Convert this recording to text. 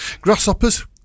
Grasshoppers